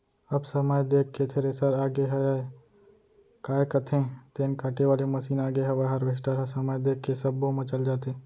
अब समय देख के थेरेसर आगे हयय, काय कथें तेन काटे वाले मसीन आगे हवय हारवेस्टर ह समय देख के सब्बो म चल जाथे